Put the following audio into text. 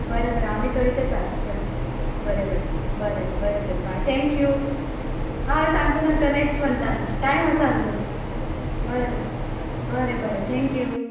बरें बरें आमी थंयच येता चल बरें बरें बरें बरें तर बाय थँक्यू हय सांगता सांगता नॅक्स मंतान टायम आसा अजून बरें बरें बरें थँक्यू